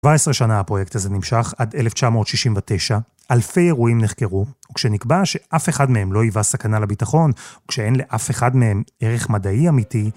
שבע עשרה שנה הפרויקט הזה נמשך, עד 1969. אלפי אירועים נחקרו, וכשנקבע שאף אחד מהם לא היווה סכנה לביטחון, וכשאין לאף אחד מהם ערך מדעי אמיתי,